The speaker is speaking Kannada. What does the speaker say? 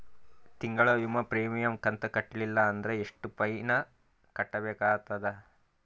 ತಿಂಗಳ ವಿಮಾ ಪ್ರೀಮಿಯಂ ಕಂತ ಕಟ್ಟಲಿಲ್ಲ ಅಂದ್ರ ಎಷ್ಟ ಫೈನ ಕಟ್ಟಬೇಕಾಗತದ?